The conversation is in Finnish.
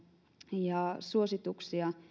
ja suosituksia